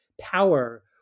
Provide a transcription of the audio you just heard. power